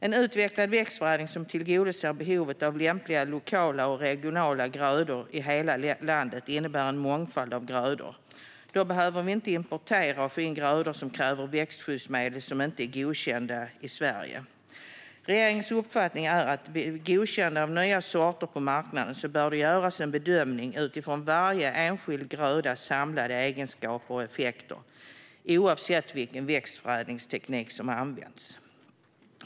En utvecklad växtförädling som tillgodoser behovet av lämpliga lokala och regionala grödor för hela landet innebär att vi får en mångfald av grödor. Då behöver vi inte importera och få in grödor som kräver växtskyddsmedel som inte är godkända i Sverige. Regeringens uppfattning är att det vid godkännande av nya sorter på marknaden bör göras en bedömning utifrån varje enskild grödas samlade egenskaper och effekter, oavsett vilken växtförädlingsteknik som används.